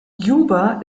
juba